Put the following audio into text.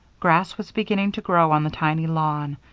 grass was beginning to grow on the tiny lawn,